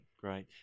great